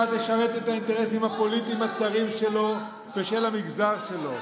תשרת את האינטרסים הפוליטיים הצרים שלו ושל המגזר שלו,